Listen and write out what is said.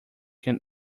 can